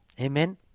Amen